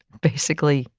basically.